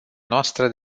noastră